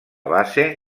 base